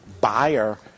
buyer